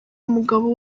umugabo